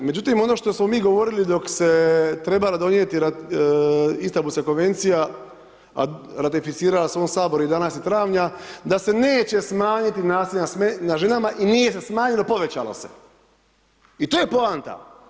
Međutim ono što smo mi govorili dok se trebala donijeti Istanbulska konvencija a ratificirala se u ovom Saboru 11. travnja, da se neće smanjiti nasilje nad ženama i nije se smanjilo, povećalo se i to je poanta.